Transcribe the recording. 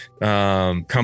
Come